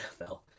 nfl